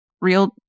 real